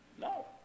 no